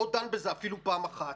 אבל לא דן בזה אפילו פעם אחת.